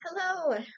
hello